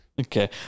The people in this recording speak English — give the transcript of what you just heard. Okay